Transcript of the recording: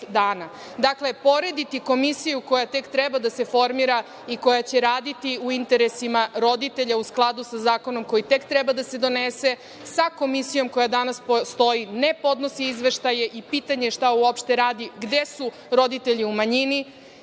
dana. Dakle, porediti komisiju koja tek treba da se formira i koja će raditi u interesima roditelja, u skladu sa zakonom koji tek treba da se donese, sa komisijom koja danas postoji, ne podnosi izveštaje i pitanje je šta uopšte radi, gde su roditelji u manjini,